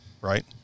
right